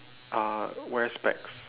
uh wear specs